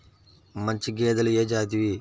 మంచి గేదెలు ఏ జాతివి?